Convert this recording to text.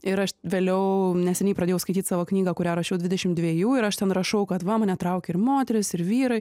ir aš vėliau neseniai pradėjau skaityt savo knygą kurią rašiau dvidešimt dvejų ir aš ten rašau kad va mane traukia ir moterys ir vyrai